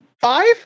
Five